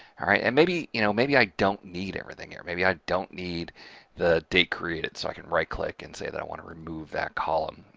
alright, and maybe you know, maybe i don't need everything here. maybe i don't need the date created, so i can right click and say that i want to remove that column.